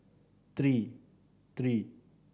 three